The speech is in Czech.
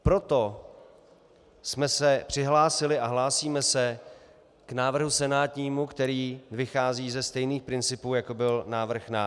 Proto jsme se přihlásili a hlásíme se k návrhu senátnímu, který vychází ze stejných principů, jako byl návrh náš.